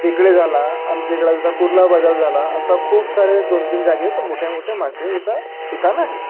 तिकडे झाला आमच्या इकडं जसा कुर्ला बाजार झाला असा खूप सारे दोन तीन जागेत मोठ्या मोठ्या मासेचा ठिकाण आहे